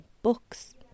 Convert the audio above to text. books